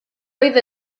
oedd